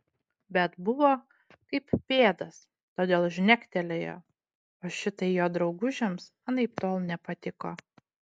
bet buvo kaip pėdas todėl žnektelėjo o šitai jo draugužiams anaiptol nepatiko